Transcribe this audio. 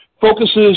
focuses